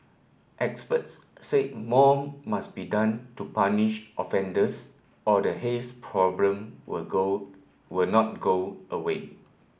experts say more must be done to punish offenders or the haze problem will go will not go away